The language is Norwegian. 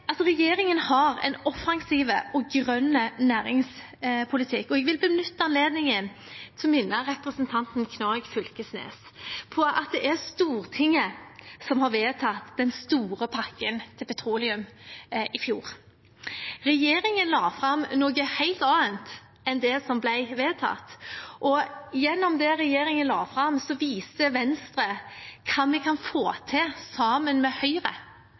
regjeringen har en offensiv og grønn næringspolitikk. Jeg vil benytte anledningen til å minne representanten Knag Fylkesnes på at det er Stortinget som har vedtatt den store pakken til petroleum i fjor. Regjeringen la fram noe helt annet enn det som ble vedtatt. Gjennom det regjeringen la fram, viser Venstre hva vi kan få til sammen med Høyre